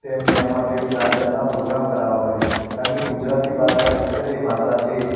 તેમને માટે જાત જાતના પ્રોગ્રામ કરાવવા પડે કારણ કે ગુજરાતી ભાષા એક જ એવી ભાષા છે